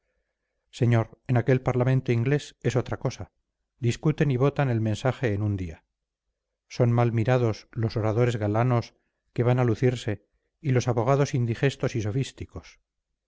señor en aquel parlamento inglés es otra cosa discuten y votan el mensaje en un día son mal mirados los oradores galanos que van a lucirse y los abogados indigestos y sofísticos